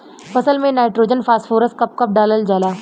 फसल में nitrogen phosphorus कब कब डालल जाला?